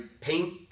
paint